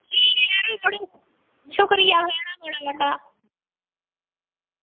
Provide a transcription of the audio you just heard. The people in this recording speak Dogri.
ठीक ऐ यरे पढ़ो शुक्रिया थुआढ़ा